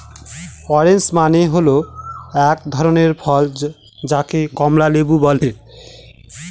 orange মানে হল এক ধরনের ফল যাকে কমলা লেবু বলে